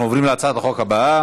אנחנו עוברים להצעת החוק הבאה,